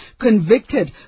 convicted